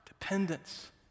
dependence